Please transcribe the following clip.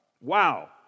wow